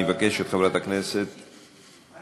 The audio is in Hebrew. אני אבקש את חברת הכנסת יעל.